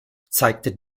zeigte